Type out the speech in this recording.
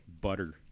butter